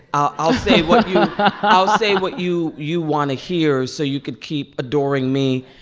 i'll say what ah say what you you want to hear so you can keep adoring me.